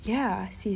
ya sis